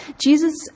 Jesus